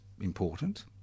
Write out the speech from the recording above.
important